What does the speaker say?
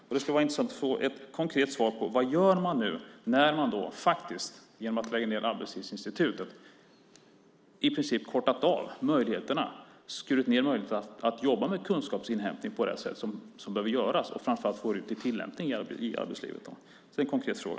Det skulle vara intressant att få ett konkret svar på vad man gör nu när man genom att lägga ned Arbetsmiljöinstitutet i princip har skurit ned möjligheterna att jobba med kunskapsinhämtning på det sätt som behöver göras? Framför allt måste man få ut det i tillämpning i arbetslivet. Det är en konkret fråga.